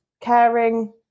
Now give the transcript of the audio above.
caring